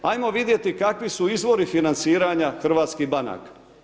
Ajmo vidjeti kakvi su izvori financiranja hrvatskih banka.